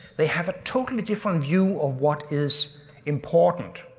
they have a totally different view of what is important.